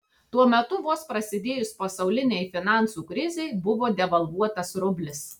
tuo metu vos prasidėjus pasaulinei finansų krizei buvo devalvuotas rublis